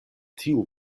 tiu